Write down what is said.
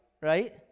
right